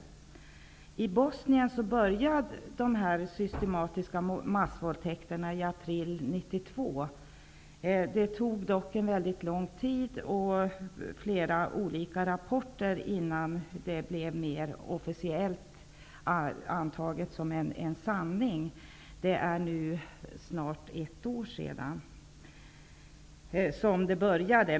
Dessa systematiska massvåldtäkter började i Bosnien i april 1992. Det tog dock lång tid och flera rapporter innan det här blev mer officiellt antaget som en sanning. Det är nu snart ett år sedan som detta började.